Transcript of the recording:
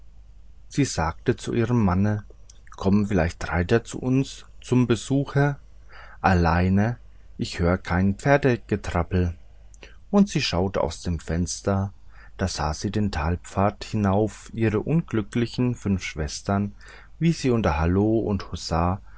sie sagte zu ihrem manne kommen vielleicht reiter zu uns zum besuche allein ich höre kein pferdegetrappel und sie schaute aus dem fenster da sah sie den talpfad hinauf ihre unglücklichen fünf schwestern wie sie unter hallo und